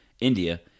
India